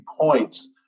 points